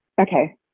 Okay